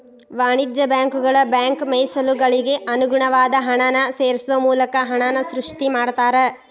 ವಾಣಿಜ್ಯ ಬ್ಯಾಂಕುಗಳ ಬ್ಯಾಂಕ್ ಮೇಸಲುಗಳಿಗೆ ಅನುಗುಣವಾದ ಹಣನ ಸೇರ್ಸೋ ಮೂಲಕ ಹಣನ ಸೃಷ್ಟಿ ಮಾಡ್ತಾರಾ